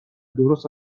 درست